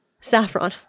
saffron